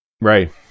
Right